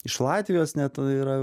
iš latvijos net yra